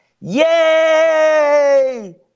Yay